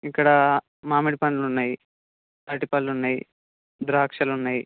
ఇక్కడా మామిడి పండ్లున్నాయి అరటి పళ్ళున్నయి ద్రాక్షలున్నయి